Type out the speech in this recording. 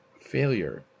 failure